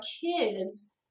kids